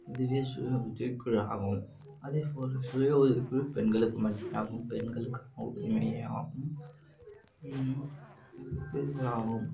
இதுவே சுய உதவிக் குழு ஆகும் அதேபோல் சுய உதவிக் குழு பெண்களுக்கு மட்டுமே ஆகும் பெண்களுக்கு மட்டுமே ஆகும் இதுவே ஆகும்